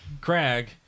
Craig